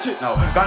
No